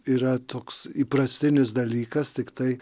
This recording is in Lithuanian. yra toks įprastinis dalykas tiktai